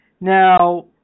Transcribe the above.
now